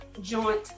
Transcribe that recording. Joint